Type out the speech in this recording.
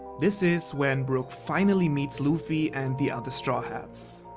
this is, when brook finally meets luffy and the other straw hats.